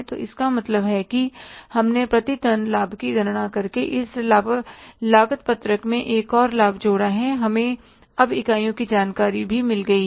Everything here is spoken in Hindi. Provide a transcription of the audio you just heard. तो इसका मतलब है कि हमने प्रति टन लाभ की गणना करके इस लागत पत्रक में एक और लाभ जोड़ा है हमें अब इकाइयों की जानकारी भी मिल गई है